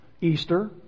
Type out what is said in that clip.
Easter